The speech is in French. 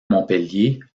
montpellier